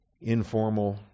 informal